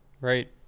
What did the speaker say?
Right